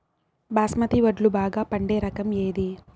బాస్మతి వడ్లు బాగా పండే రకం ఏది